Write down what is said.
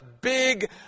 big